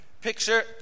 picture